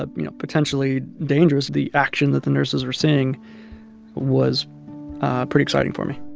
ah you know, potentially dangerous, the action that the nurses were seeing was pretty exciting for me